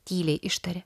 tyliai ištarė